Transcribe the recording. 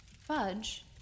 Fudge